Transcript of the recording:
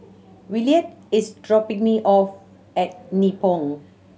Williard is dropping me off at Nibong